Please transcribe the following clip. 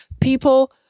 people